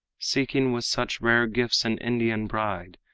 seeking with such rare gifts an indian bride,